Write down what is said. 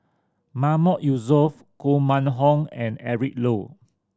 Mahmood Yusof Koh Mun Hong and Eric Low